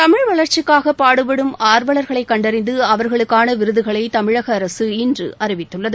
தமிழ் வளர்ச்சிக்காக பாடுபடும் ஆர்வலர்களை கண்டறிந்து அவர்களுக்காள விருதுகளை தமிழக அரசு இன்று அறிவித்துள்ளது